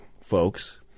folks